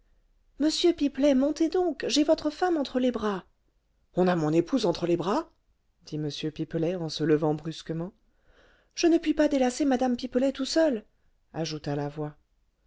monsieur pipelet montez donc j'ai votre femme entre les bras on a mon épouse entre les bras dit m pipelet en se levant brusquement je ne puis pas délacer mme pipelet tout seul ajouta la voix